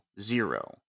Zero